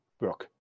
work